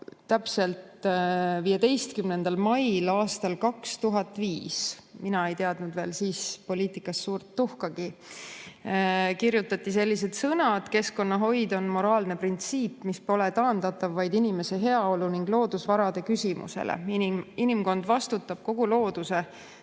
täpselt 15. mail aastal 2005 – mina ei teadnud siis veel poliitikast tuhkagi – sellised sõnad: "Keskkonnahoid on moraalne printsiip, mis pole taandatav vaid inimese heaolu ning loodusvarade küsimusele. Inimkond vastutab kogu looduse ning